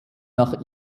nach